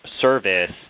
service